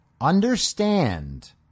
understand